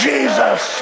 Jesus